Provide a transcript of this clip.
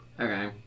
Okay